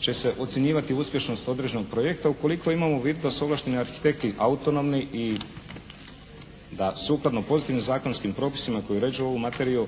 će se ocjenjivati uspješnost određenog projekta ukoliko imamo u vidu da su ovlašteni arhitekti autonomni i da sukladno pozitivnim zakonskim propisima koji uređuju ovu materiju